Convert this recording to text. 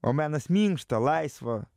o menas minkšta laisva